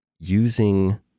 using